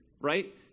right